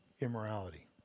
immorality